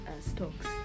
stocks